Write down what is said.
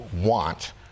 want